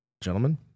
gentlemen